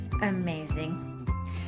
amazing